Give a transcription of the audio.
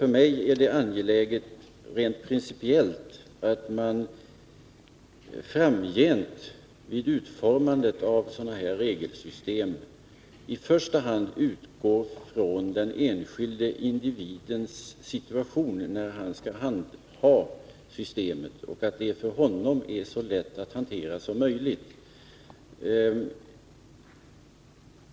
Rent principiellt är det för mig angeläget att man framgent vid utformandet av sådana här regelsystem i första hand utgår från den enskilde individens situation när han skall tillämpa systemet och att det för honom är så lätt att hantera som möjligt.